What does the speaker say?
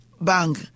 bang